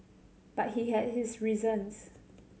but he had his reasons